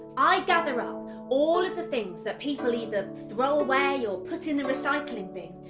i gather up all of the things that people either throw away or put in the recycling bin,